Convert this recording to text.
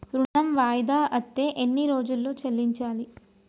ఋణం వాయిదా అత్తే ఎన్ని రోజుల్లో చెల్లించాలి?